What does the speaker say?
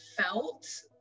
felt